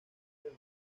del